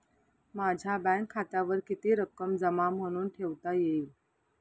माझ्या बँक खात्यावर किती रक्कम जमा म्हणून ठेवता येईल?